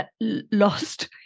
lost